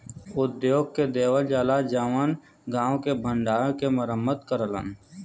उद्योग के देवल जाला जउन गांव के भण्डारा के मरम्मत करलन